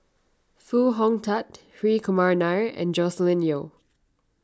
Foo Hong Tatt Hri Kumar Nair and Joscelin Yeo